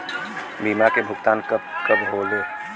बीमा के भुगतान कब कब होले?